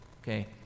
Okay